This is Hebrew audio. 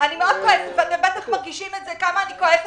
אתם מרגישים כמה אני כועסת,